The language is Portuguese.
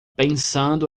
pensando